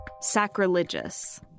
Sacrilegious